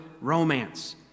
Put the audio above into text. romance